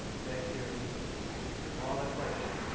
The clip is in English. thank you and all the questions.